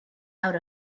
out